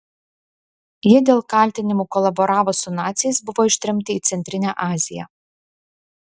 jie dėl kaltinimų kolaboravus su naciais buvo ištremti į centrinę aziją